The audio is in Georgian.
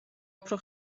უფრო